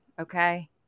okay